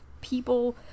people